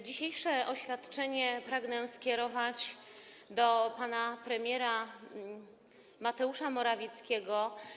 Dzisiejsze oświadczenie pragnę skierować do pana premiera Mateusza Morawieckiego.